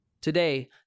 Today